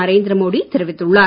நரேந்திர மோடி தெரிவித்துள்ளார்